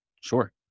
Sure